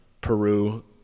Peru